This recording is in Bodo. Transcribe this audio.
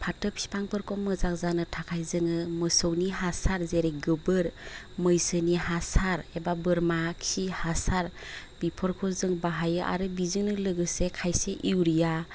फाथो बिफांफोरखौ मोजां जानो थाखाय जोङो मोसौनि हासार जेरै गोबोर मैसोनि हासार एबा बोरमा खि हासार बेफोरखौ जों बाहायो आरो बिजोंनो लोगोसे खायसे इउरिया